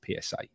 PSA